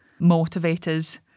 motivators